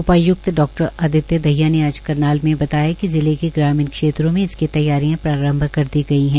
उपाय्क्त डा आदित्य दहिया ने आज करनाल में बताया कि जिले के ग्रामीण क्षेत्रों में इसकी तैयारियां प्रारंभ कर दी गई है